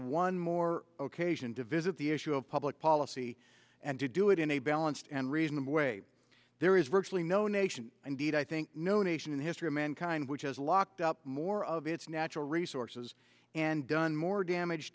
one more ok's and to visit the issue of public policy and to do it in a balanced and reasonable way there is virtually no nation indeed i think no nation in the history of mankind which has locked up more of its natural resources and done more damage